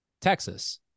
Texas